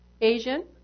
Asian